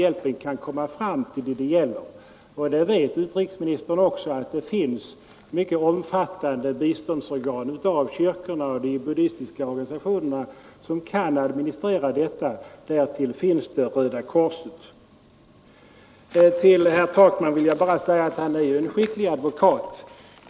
Hjälpbehoven är förvisso dokumenterade, och utrikesministern vet att det finns mycket pålitliga biståndsorgan, t.ex. de i vilka kristna kyrkor och buddistiska organisationer ingår. Desstuom finns Röda korset. Till herr Takman vill jag bara säga att han är en skicklig advokat för kommunistiska regimer.